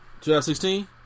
2016